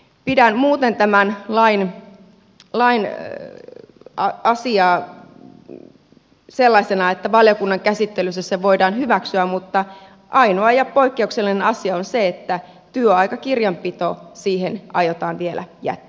pidän muuten tämän lain asiaa sellaisena että valiokunnan käsittelyssä se voidaan hyväksyä mutta ainoa poikkeuksellinen asia on se että työaikakirjanpito siihen aiotaan vielä jättää